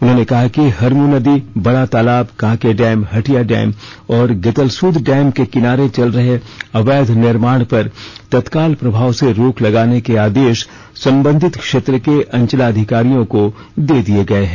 उन्होंने कहा कि हरमू नदी बड़ा तालाब कांके डैम हटिया डैम और गेतलसूद डैम के किनार चल रहे अवैध निर्णाण पर तत्काल प्रभाव से रोक लगाने के आदेश संबंधित क्षेत्र के अंचलाधिकारियों को दे दिए गए हैं